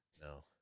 No